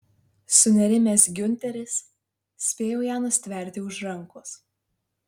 sunerimęs giunteris spėjo ją nustverti už rankos